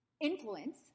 influence